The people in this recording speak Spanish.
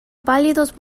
pálidos